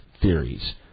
theories